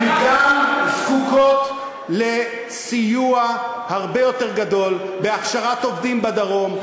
הן גם זקוקות לסיוע הרבה יותר גדול בהכשרת עובדים בדרום,